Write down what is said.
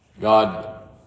God